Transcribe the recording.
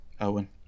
Owen